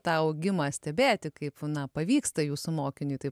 tau augimą stebėti kaip na pavyksta jūsų mokiniui tai